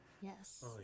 Yes